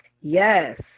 yes